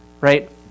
right